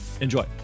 Enjoy